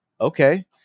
okay